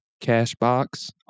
Cashbox